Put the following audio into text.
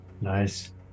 Nice